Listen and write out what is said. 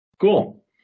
Cool